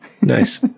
Nice